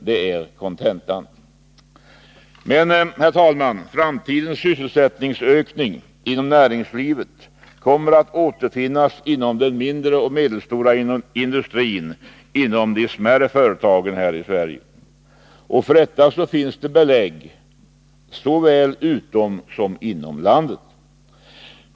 Det är kontentan. Men, herr talman, framtidens sysselsättningsökning inom näringslivet kommer att återfinnas inom den mindre och medelstora industrin i de smärre företagen här i landet. För detta finns belägg såväl utom som inom landet.